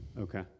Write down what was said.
Okay